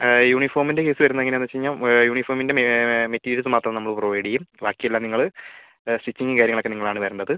യൂണിഫോമിൻ്റെ case വരുന്നത് എങ്ങനെയാന്ന് വെച്ച് കഴിഞ്ഞാൽ യൂണിഫോമിൻ്റെ മെറ്റീരിയൽസ് മാത്രം നമ്മൾ പ്രൊവൈഡ് ചെയ്യും ബാക്കി എല്ലാം നിങ്ങള് സ്റ്റിച്ചിങ്ങും കാര്യങ്ങളുമൊക്കെ നിങ്ങളാണ് വരുന്നത്